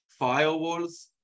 firewalls